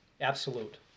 Absolute